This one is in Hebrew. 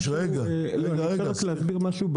אני רק רוצה להסביר משהו.